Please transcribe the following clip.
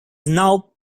now